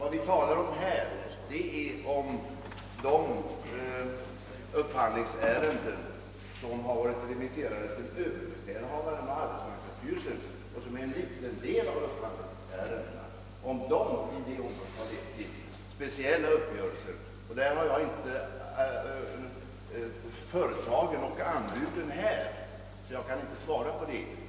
Här talar vi om huruvida de upphandlingsärenden, som varit remitterade till överbefälhavaren och arbetsmarknadsstyrelsen och som endast utgör en del av upphandlingsärendena, lett till speciella uppgörelser. Jag har här ingen uppgift om vare sig företag eller anbud, varför jag inte kan svara på den frågan.